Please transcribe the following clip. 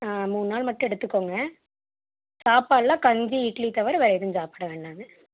மூனு நாள் மட்டும் எடுத்துக்கோங்க சாப்பாடெலாம் கஞ்சி இட்லி தவிர வேறு எதுவும் சாப்பிட வேணாங்க